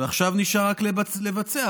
ועכשיו נשאר רק לבצע.